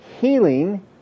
healing